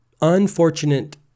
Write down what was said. unfortunate